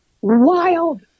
wild